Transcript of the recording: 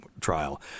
trial